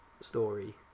story